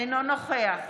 אינו נוכח